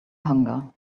hunger